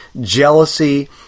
jealousy